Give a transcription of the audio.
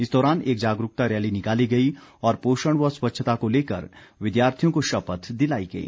इस दौरान एक जागरूकता रैली निकाली गई और पोषण व स्वच्छता को लेकर विद्यार्थियों को शपथ दिलाई गई